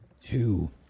two